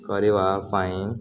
କରିବା ପାଇଁ